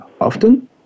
often